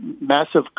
massive